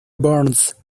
burns